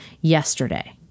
yesterday